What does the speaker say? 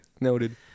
noted